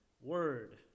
word